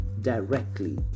directly